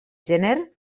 gener